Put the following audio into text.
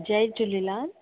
Jay Jhulelal